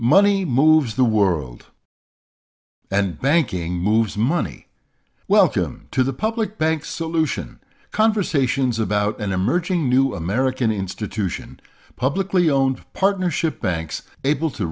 money moves the world and banking moves money welcome to the public bank solution conversations about an emerging new american institution a publicly owned partnership banks able to